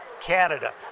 Canada